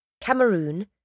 Cameroon